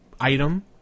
item